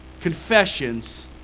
confessions